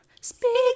Speak